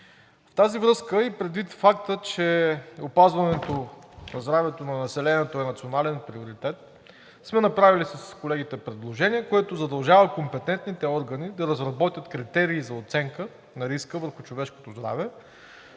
населението. Предвид и факта, че опазването на здравето на населението е национален приоритет, сме направили с колегите предложение, което задължава компетентните органи да разработят критерии за оценка на риска върху човешкото здраве,